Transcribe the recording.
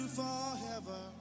forever